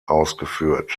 ausgeführt